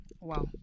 wow